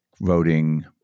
voting